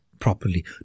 properly